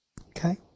Okay